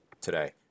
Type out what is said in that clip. today